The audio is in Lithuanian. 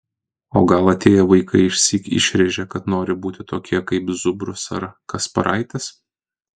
o gal atėję vaikai išsyk išrėžia kad nori būti tokie kaip zubrus ar kasparaitis